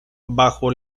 bajo